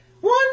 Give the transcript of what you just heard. one